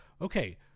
Okay